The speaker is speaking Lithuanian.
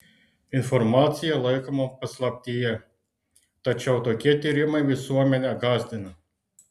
informacija laikoma paslaptyje tačiau tokie tyrimai visuomenę gąsdina